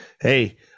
hey